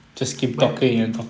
but